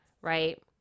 right